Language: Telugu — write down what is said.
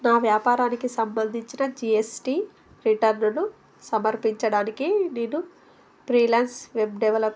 నా వ్యాపారానికి సంబంధించిన జిఎస్టి రిటర్న్ను సమర్పించడానికి నేను ఫ్రీలాన్స్ వెబ్ డెవలప్